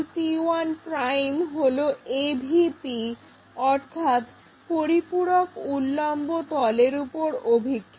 p1' হলো AVP অর্থাৎ পরিপূরক উল্লম্ব তলের উপর অভিক্ষেপ